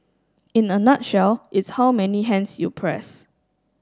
in a nutshell it's how many hands you press